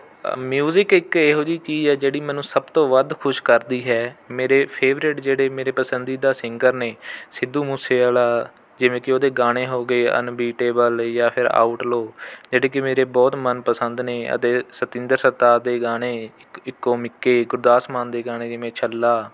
music ਇੱਕ ਇਹੋ ਜਿਹੀ ਚੀਜ਼ ਹੈ ਜਿਹੜੀ ਮੈਨੂੰ ਸਭ ਤੋਂ ਵੱਧ ਖੁਸ਼ ਕਰਦੀ ਹੈ ਮੇਰੇ ਫੇਵਰਟ ਜਿਹੜੇ ਮੇਰੇ ਪਸੰਸੀਦਾ ਸਿੰਗਰ ਨੇ ਸਿੱਧੂ ਮੂਸੇਆਲਾ ਜਿਵੇਂ ਕਿ ਉਹਦੇ ਗਾਣੇ ਹੋ ਗਏ ਅਨਬੀਟੇਬਲ ਜਾਂ ਫਿਰ ਆਊਟਲੋਅ ਜਿਹੜੇ ਕਿ ਮੇਰੇ ਬਹੁਤ ਮਨਪਸੰਦ ਨੇ ਅਤੇ ਸਤਿੰਦਰ ਸਰਤਾਜ ਦੇ ਗਾਣੇ ਇੱਕ ਇੱਕੋ ਮਿੱਕੇ ਗੁਰਦਾਸ ਮਾਨ ਦੇ ਗਾਣੇ ਜਿਵੇਂ ਛੱਲਾ